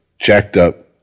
jacked-up